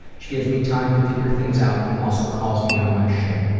she gives me time to figure things out and also calls me on my shit.